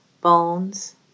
bones